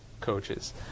coaches